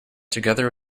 together